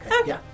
okay